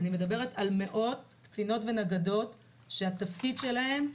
אני מדברת על מאות קצינות ונגדות שהתפקיד שלהם,